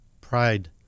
Pride